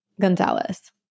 Gonzalez